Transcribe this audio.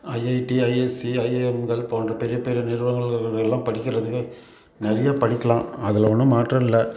IIT IIC ஐஐஎம்கள் போன்ற பெரிய பெரிய நிறுவனங்களில் எல்லாம் படிக்கிறதுக்கு நிறைய படிக்கலாம் அதில் ஒன்றும் மாற்றம் இல்லை